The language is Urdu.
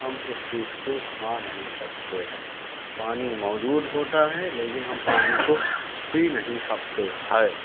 ہم اُس چیز کو کھا نہیں سکتے ہیں پانی موجود ہوتا ہے لیکن ہم پانی کو پی نہیں سکتے ہے